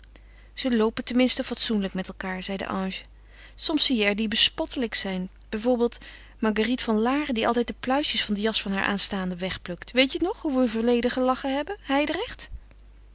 ze loopen ten minste fatsoenlijk met elkaâr zeide ange soms zie je er die bespottelijk zijn bij voorbeeld marguerite van laren die altijd de pluisjes van de jas van haar aanstaande wegplukt weet je nog hoe we verleden gelachen hebben